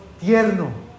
tierno